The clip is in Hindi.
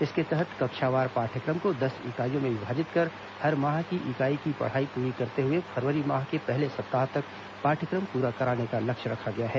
इसके तहत कक्षावार पाठ्यक्रम को दस इकाइयों में विभाजित कर हर माह की इकाई की पढ़ाई पूरी करते हुए फरवरी माह के पहले सप्ताह तक पाठ्यक्रम पूरा कराने का लक्ष्य रखा गया है